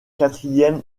quatrième